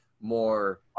more